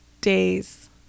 Days